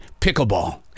pickleball